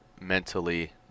mentally